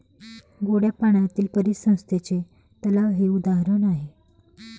गोड्या पाण्यातील परिसंस्थेचे तलाव हे उदाहरण आहे